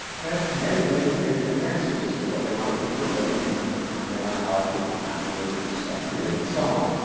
and men and women give different answers as to what they wanna do for a living and how much time they wanna allocate to family versus ah career and so on.